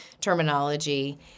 terminology